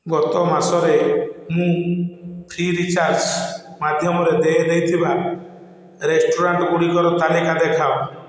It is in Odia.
ଗତ ମାସରେ ମୁଁ ଫ୍ରି ରିଚାର୍ଜ୍ ମାଧ୍ୟମରେ ଦେୟ ଦେଇଥିବା ରେଷ୍ଟୁରାଣ୍ଟ୍ ଗୁଡ଼ିକର ତାଲିକା ଦେଖାଅ